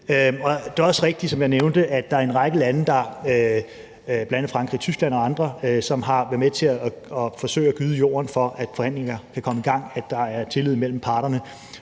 Det er også rigtigt, som jeg nævnte, at der er en række lande, bl.a. Frankrig og Tyskland og andre, som har været med til at gøde jorden for, at forhandlingerne kan komme i gang, at der er tillid mellem parterne.